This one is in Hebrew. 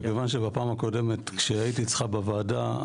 מכיוון שבפעם הקודמת כשהייתי אצלך בוועדה,